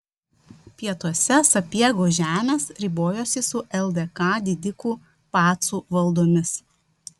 pietuose sapiegų žemės ribojosi su ldk didikų pacų valdomis